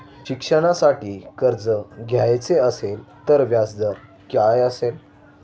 शिक्षणासाठी कर्ज घ्यायचे असेल तर व्याजदर काय असेल?